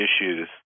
issues